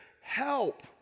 help